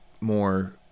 more